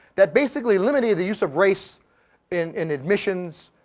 that basically eliminated the use of race in in admissions,